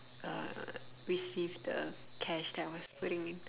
uh receive the cash that I was putting in